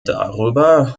darüber